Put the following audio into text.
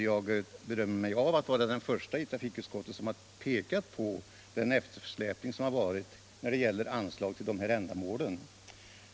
Jag berömmer mig av att vara den förste i trafikutskottet som har pekat på den eftersläpning som rått i fråga om anslag till dessa ändamål.